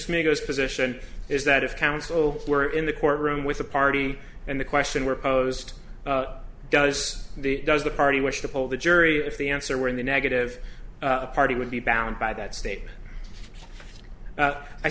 smith goes position is that if counsel were in the courtroom with a party and the question were posed does the does the party wish to poll the jury if the answer were in the negative party would be bound by that statement